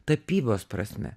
tapybos prasme